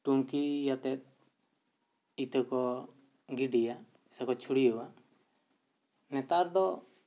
ᱴᱩᱱᱠᱤ ᱭᱟᱛᱮᱫ ᱤᱛᱟᱹ ᱠᱚ ᱜᱤᱰᱤᱭᱟ ᱥᱮᱠᱚ ᱪᱷᱩᱲᱤᱭᱟᱹᱣᱟ ᱱᱮᱛᱟᱨ ᱫᱚ